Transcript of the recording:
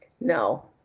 No